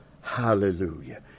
Hallelujah